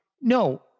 no